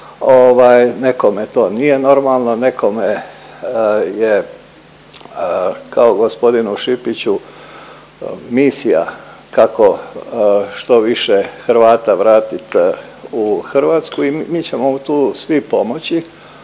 nekome to nije normalno. Nekome je kao i gospodinu Šipiću misija kako što više Hrvata vratit u Hrvatsku i mi ćemo mu tu svi pomoći